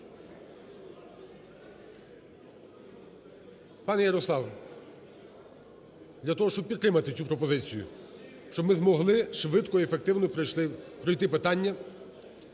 Пане Ярослав! Для того, щоб підтримати цю пропозицію, щоб ми змогли швидко і ефективно пройти питання